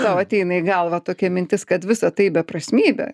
tau ateina į galvą tokia mintis kad visa tai beprasmybė